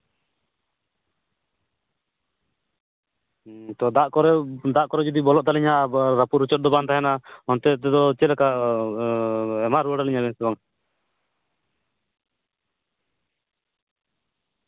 ᱛᱚ ᱫᱟᱜ ᱠᱚᱨᱮ ᱫᱟᱜ ᱠᱚᱨᱮ ᱡᱩᱫᱤ ᱵᱚᱞᱚᱜ ᱛᱟᱹᱞᱤᱧᱟ ᱟᱨ ᱨᱟᱹᱯᱩᱫ ᱨᱚᱪᱚᱫ ᱫᱚ ᱵᱟᱝ ᱛᱟᱦᱱᱟ ᱚᱱᱛᱮ ᱛᱮᱫᱚ ᱪᱮᱫᱞᱮᱠᱟ ᱮᱢᱟ ᱨᱩᱣᱟᱹᱲ ᱟᱞᱤᱧᱟᱵᱮᱱ ᱥᱮ ᱵᱟᱝ